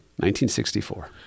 1964